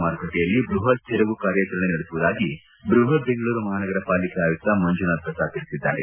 ಮಾರುಕಟ್ಟೆಯಲ್ಲಿ ಬೃಪತ್ ತೆರವು ಕಾರ್ಯಾಚರಣೆ ನಡೆಸುವುದಾಗಿ ಬೃಪತ್ ಬೆಂಗಳೂರು ಮಹಾನಗರ ಪಾಲಿಕೆ ಆಯುಕ್ತ ಮಂಜುನಾಥ್ ಪ್ರಸಾದ್ ತಿಳಿಸಿದ್ದಾರೆ